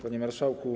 Panie Marszałku!